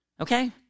Okay